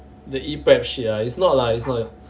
the ePREP shit ah it's not lah it's not